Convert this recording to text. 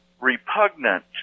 repugnant